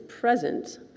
present